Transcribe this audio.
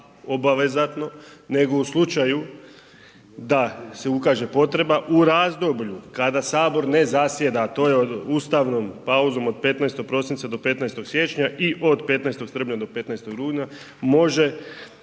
obvezatno nego u slučaju da se ukaže potreba u razdoblju kada Sabor ne zasjeda, a to je ustavnom pauzom od 15. prosinca do 15. siječnja i od 15. srpnja do 15. rujna može